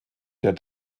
der